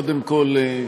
קודם כול,